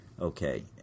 okay